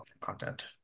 content